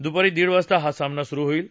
दुपारी दीड वाजता हा सामना सुरु होईल